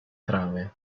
trave